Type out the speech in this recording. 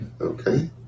Okay